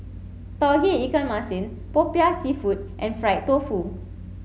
Tauge Ikan Masin Popiah seafood and fried tofu